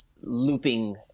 looping